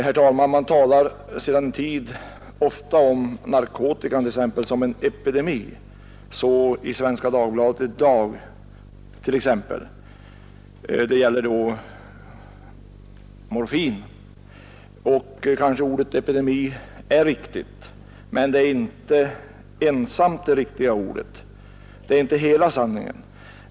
Herr talman! Man talar sedan en tid ofta om narkotikan som en epidemi, så t.ex. i Svenska Dagbladet i dag beträffande morfin. Ordet epidemi är kanske riktigt, men det är inte hela sanningen.